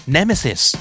Nemesis